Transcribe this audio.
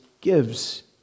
gives